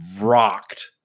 rocked